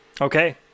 Okay